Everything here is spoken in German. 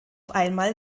einmal